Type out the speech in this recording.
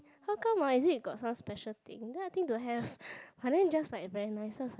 how come ah is it got some special thing then I think don't have but then just like very nice so I was like